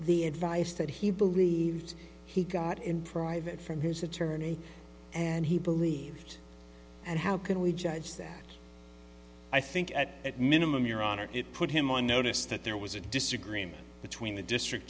the advice that he believes he got in private from his attorney and he believed and how can we judge that i think at a minimum your honor it put him on notice that there was a disagreement between the district